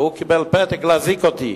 והוא קיבל פתק להזעיק אותי.